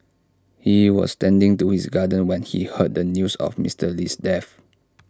he was tending to his garden when he heard the news of Mister Lee's death